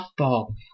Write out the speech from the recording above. softball